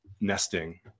nesting